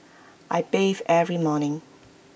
I bathe every morning